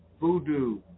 voodoo